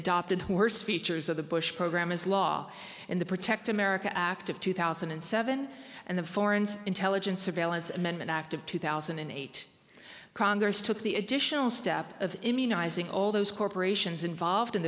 adopted two worst features of the bush program is law and the protect america act of two thousand and seven and the foreign intelligence surveillance amendment act of two thousand and eight congress took the additional step of immunizing all those corporations involved in